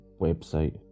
website